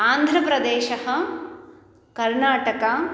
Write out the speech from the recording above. आन्ध्रप्रदेशः कर्नाटकः